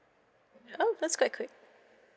oh that's quite quick